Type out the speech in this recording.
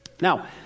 Now